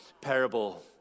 parable